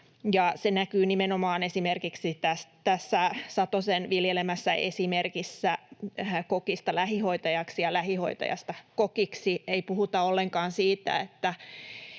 Se näkyy nimenomaan tässä Satosen viljelemässä esimerkissä ”kokista lähihoitajaksi ja lähihoitajasta kokiksi”. Ei puhuta ollenkaan siitä,